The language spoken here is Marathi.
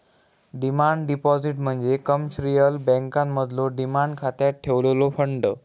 डिमांड डिपॉझिट म्हणजे कमर्शियल बँकांमधलो डिमांड खात्यात ठेवलेलो फंड